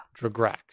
Dragrax